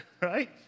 Right